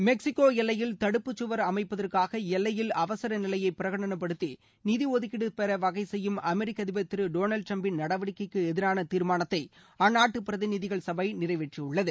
Mexico எல்லையில் தடுப்பு சுவர் அமைப்பதற்காக எல்லையில் அவசர நிலையை பிரகடனப்படுத்தி நிதி ஒதுக்கீடு பெற வகை செய்யும் அமெரிக்க அதிபர் திரு டொனால்டு டிரம்பின் நடவடிக்கைக்கு எதிராள தீர்மானத்தை அந்நாட்டு பிரதிநிதிகள் சபை நிறைவேற்றியுள்ளது